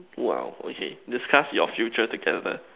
!wow! okay discuss your future together